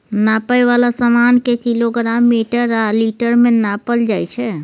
नापै बला समान केँ किलोग्राम, मीटर आ लीटर मे नापल जाइ छै